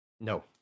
No